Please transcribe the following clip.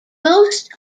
most